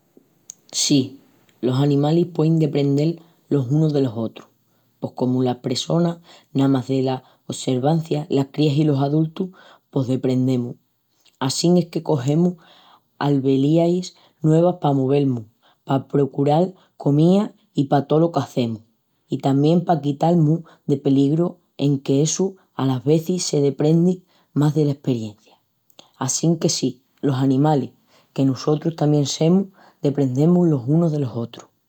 Sí, los animalis puein deprendel los unus delos otrus. Pos comu las pressonas, namás que dela osservancia las crías i los adultus pos deprendemus. Assín es que cogemus albeliais nuevas pa movel-mus pa precural comía i pa tolo que hazemus. I tamién pa quital-mus de peligrus enque essu alas vezis se deprendi más dela esperencia. Assinque sí, los animalis, que nusotrus tamién semus, deprendemus los unus delos otrus.